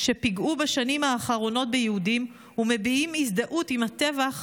שפיגעו בשנים האחרונות ביהודים ומביעים הזדהות עם הטבח